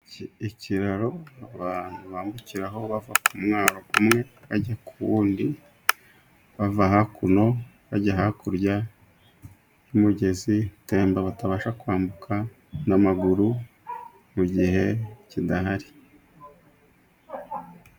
Ikiraro abantu bambukira aho bava ku mwaro umwe bajya ku wundi, bava hakuno bajya hakurya y'umugezi utemba batabasha kwambuka n'amaguru mu gihe kidahari.